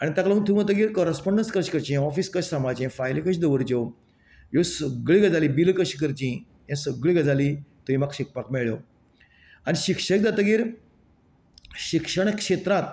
आनी ताका लागून थंय वतकीर कॉरसपॉन्डन्स कशें करचे ऑफिस कशें सांबाळचे फायली कश्यो दवरच्यो ह्यो सगळ्यो गजाली बिलां कशी करची हे सगळ्यो गजाली थंय म्हाका शिकपाक मेळ्ळ्यो आनी शिक्षक जातकीर शिक्षण श्रेत्रांत